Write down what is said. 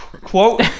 Quote